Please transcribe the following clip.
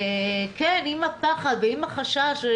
עם הפחד ועם החשש.